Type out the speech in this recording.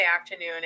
afternoon